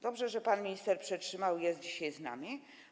Dobrze, że pan minister przetrzymał i jest dzisiaj z nami.